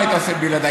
מה הייתי עושה בלעדיך?